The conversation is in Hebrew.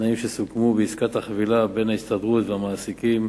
לתנאים שסוכמו בעסקת החבילה בין ההסתדרות למעסיקים.